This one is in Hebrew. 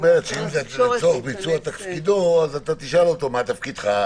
אם זה "לצורך ביצוע תפקידו" אתה תשאל אותו: מה תפקידך?